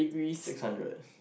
six hundred